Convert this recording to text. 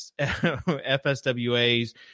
FSWA's